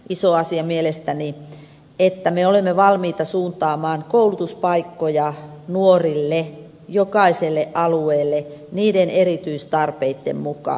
iso asia mielestäni on se että me olemme valmiita suuntaamaan koulutuspaikkoja nuorille jokaiselle alueelle niiden erityistarpeitten mukaan